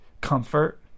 comfort